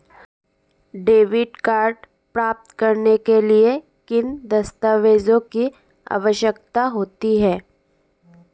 Debit card प्राप्त करने के लिए किन दस्तावेज़ों की आवश्यकता होती है?